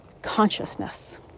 consciousness